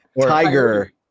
Tiger